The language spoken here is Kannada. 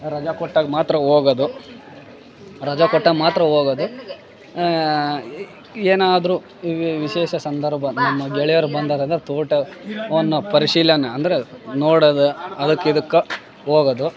ರಜಾ ಕೊಟ್ಟಾಗ ಮಾತ್ರ ಹೋಗದು ರಜಾ ಕೊಟ್ಟಾಗ ಮಾತ್ರ ಹೋಗೊದು ಏನಾದರು ವಿಶೇಷ ಸಂದರ್ಭ ನಮ್ಮ ಗೆಳೆಯರು ಬಂದಾಗ ಅಂದ್ರೆ ತೋಟವನ್ನು ಪರಿಶೀಲನೆ ಅಂದರೆ ನೋಡೋದು ಅದಕ್ಕೆ ಇದಕ್ಕೆ ಹೋಗೋದು